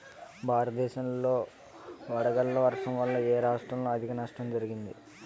భారతదేశం లో వడగళ్ల వర్షం వల్ల ఎ రాష్ట్రంలో అధిక నష్టం జరిగింది?